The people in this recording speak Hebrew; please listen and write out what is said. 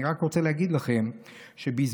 אני רוצה להגיד לכם שבזמנו,